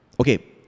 okay